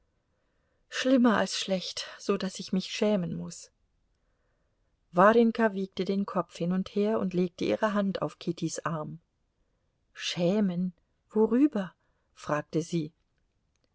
schlimmer als schlecht so daß ich mich schämen muß warjenka wiegte den kopf hin und her und legte ihre hand auf kittys arm schämen worüber fragte sie